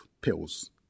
pills